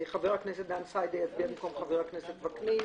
חבר הכנסת דן סיידה יצביע במקום חבר הכנסת וקנין,